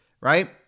right